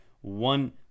one